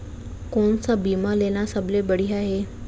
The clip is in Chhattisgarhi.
कोन स बीमा लेना सबले बढ़िया हे?